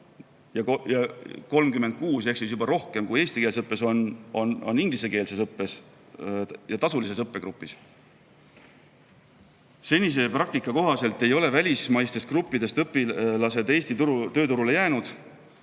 36 – seega juba rohkem kui eestikeelses õppes – on ingliskeelses õppes ja tasulises õppegrupis. Senise praktika kohaselt ei ole välismaistes gruppides õppinud tudengid Eesti tööturule jäänud